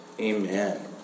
Amen